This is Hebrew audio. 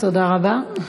תודה רבה.